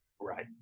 Right